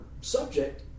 subject